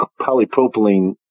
polypropylene